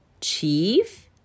Chief